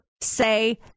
say